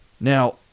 Now